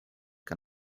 que